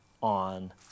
on